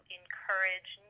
encourage